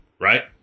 right